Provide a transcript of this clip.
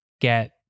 get